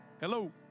Hello